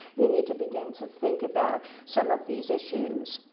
you need to begin to think about some of these issues.